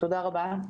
תודה רבה.